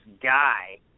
guy